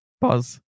Buzz